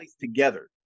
together